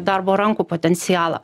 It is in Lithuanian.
darbo rankų potencialą